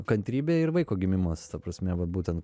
kantrybė ir vaiko gimimas ta prasme vat būtent